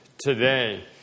today